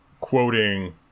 quoting